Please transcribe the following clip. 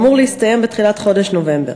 ואמור להסתיים בתחילת חודש נובמבר.